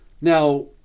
Now